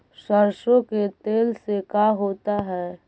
सरसों के तेल से का होता है?